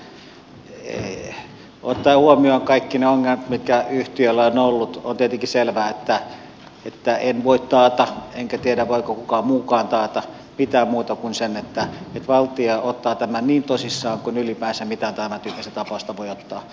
ottaen huomioon kaikki ne ongelmat mitkä yhtiöllä on ollut on tietenkin selvää että en voi taata enkä tiedä voiko kukaan muukaan taata mitään muuta kuin sen että valtio ottaa tämän niin tosissaan kuin ylipäänsä mitään tämäntyyppistä tapausta voi ottaa